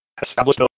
established